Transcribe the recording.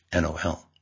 NOL